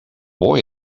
boy